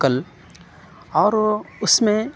کل اور اُس میں